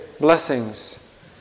blessings